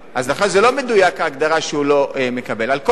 לכן,